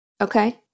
Okay